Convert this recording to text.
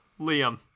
Liam